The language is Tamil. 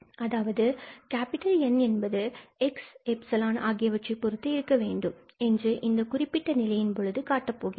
அதாவது N என்பது 𝑥 and 𝜖 ஆகியவற்றை பொறுத்து இருக்க வேண்டும் என்று இந்த குறிப்பிட்ட நிலையின் பொழுது காட்டப் போகிறோம்